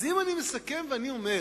אם אני מסכם, ואני אומר